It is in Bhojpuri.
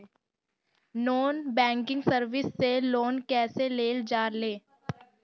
नॉन बैंकिंग सर्विस से लोन कैसे लेल जा ले?